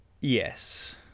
Yes